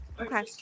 Okay